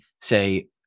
say